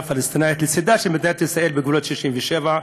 פלסטינית לצדה של מדינת ישראל בגבולות 67',